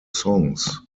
songs